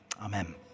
Amen